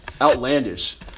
outlandish